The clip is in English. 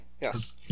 yes